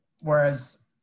whereas